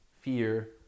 fear